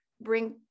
bring